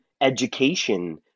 education